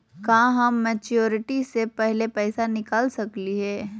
का हम मैच्योरिटी से पहले पैसा निकाल सकली हई?